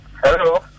Hello